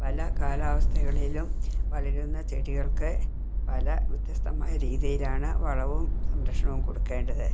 പല കാലാവസ്ഥകളിലും വളരുന്ന ചെടികൾക്ക് പല വ്യത്യസ്തമായ രീതിയിലാണ് വളവും സംരക്ഷണും കൊടുക്കേണ്ടത്